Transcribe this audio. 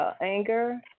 anger